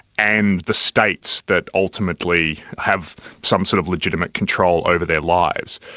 and the states that ultimately have some sort of legitimate control over their lives.